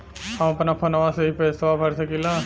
हम अपना फोनवा से ही पेसवा भर सकी ला?